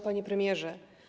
Panie Premierze!